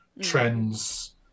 trends